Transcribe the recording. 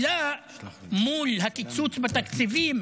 מול הקיצוץ בתקציבים,